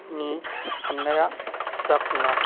नि साननाया जाफुङा